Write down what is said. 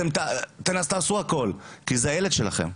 אתן תעשו הכול כי זה הילד שלכן.